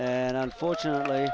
and unfortunately